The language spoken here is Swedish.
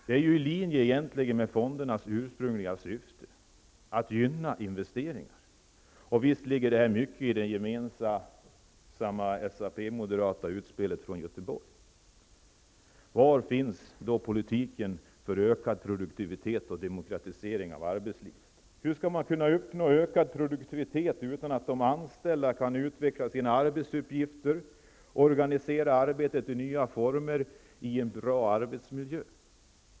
Att göra sådana investeringar vore i linje med fondernas ursprungliga syfte att gynna investeringar. Det ligger mycket i socialdemokraternas och moderaternas gemensamma utspel i Göteborg. Var finns då insatserna för ökad produktivitet och demokratisering av arbetslivet? Hur skall man kunna uppnå ökad produktivitet utan att de anställda får utveckla sina arbetsuppgifter och organisera arbetet i nya former i en bra arbetsmiljö?